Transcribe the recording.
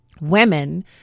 women